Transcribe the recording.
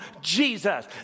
Jesus